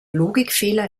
logikfehler